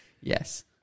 yes